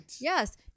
Yes